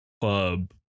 club